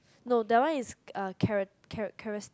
no that one is uh kera~ kera~ keras~